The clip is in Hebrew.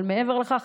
אבל מעבר לכך,